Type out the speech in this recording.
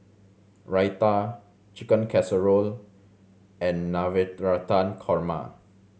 Raita Chicken Casserole and Navratan Korma